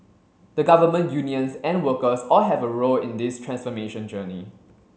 the Government unions and workers all have a role in this transformation journey